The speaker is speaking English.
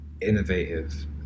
innovative